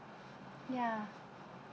ya